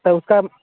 तब उसका